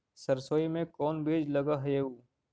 सरसोई मे कोन बीज लग रहेउ?